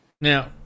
Now